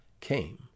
came